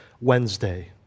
Wednesday